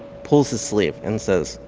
pulls his sleeve and says,